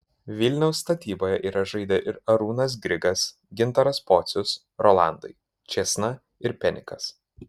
vilniaus statyboje yra žaidę ir arūnas grigas gintaras pocius rolandai čėsna ir penikas